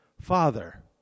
Father